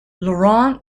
laurent